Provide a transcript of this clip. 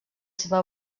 seva